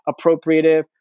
appropriative